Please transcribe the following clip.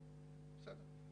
בסדר.